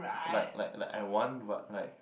like like like I want but like